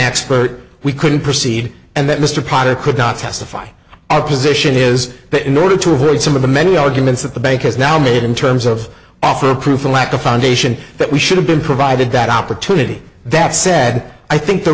expert we couldn't proceed and that mr potter could not testify our position is that in order to avoid some of the many arguments that the bank has now made in terms of offer proof or lack of foundation that we should have been provided that opportunity that said i think the